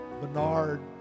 Bernard